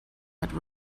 that